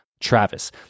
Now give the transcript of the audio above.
Travis